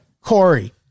Corey